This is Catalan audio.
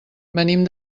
venim